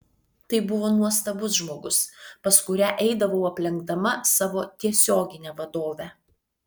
tai buvo nuostabus žmogus pas kurią eidavau aplenkdama savo tiesioginę vadovę